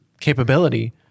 capability